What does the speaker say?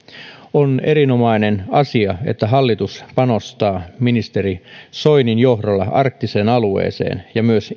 on erinomainen asia että hallitus panostaa ministeri soinin johdolla arktiseen alueeseen ja myös